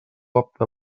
apte